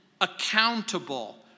accountable